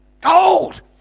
Gold